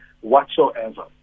whatsoever